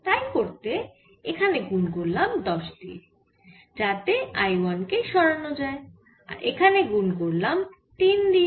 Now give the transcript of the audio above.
তাই করতে এখানে গুন করলাম 10 দিয়ে যাতে I 1 কে সরানো যায় আর এখানে গুন করলাম 3 দিয়ে